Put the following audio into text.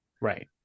Right